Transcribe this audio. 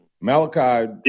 Malachi